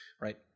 right